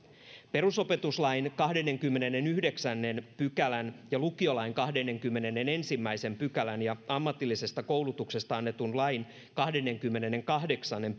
perusopetuslain kahdennenkymmenennenyhdeksännen pykälän ja lukiolain kahdennenkymmenennenensimmäisen pykälän ja ammatillisesta koulutuksesta annetun lain kahdennenkymmenennenkahdeksannen